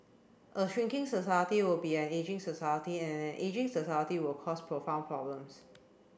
a shrinking society will be an ageing society and an ageing society will cause profound problems